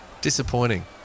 Disappointing